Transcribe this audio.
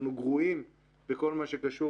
אנחנו גרועים בכל מה שקשור